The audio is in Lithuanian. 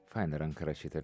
faina ranka rašyt ar